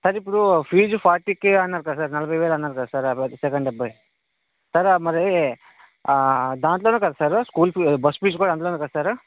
sir ఇప్పుడు fees forty K అన్నారు కదా నలభై వేలు అన్నారు కదా ఆరోజు సెకండ్ అబ్బాయి సార్ మరీ ఆ అ దాంట్లోనే కద sir school fees bus fees కూడా అందులోనే కట్టారా